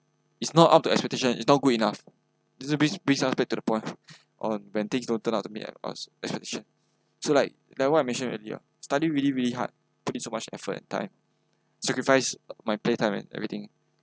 it's not up to expectation is not good enough this brings brings us to the point on when things don't turn out to be meet our expectations so like like what I mentioned early ya studied really really hard put in so much effort and time sacrifice my playtime and everything